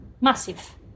massive